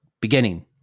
beginning